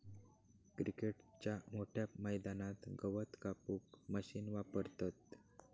क्रिकेटच्या मोठ्या मैदानात गवत कापूक मशीन वापरतत